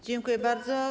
Dziękuję bardzo.